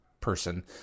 person